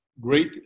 great